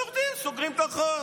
יורדים, סוגרים את הרחוב.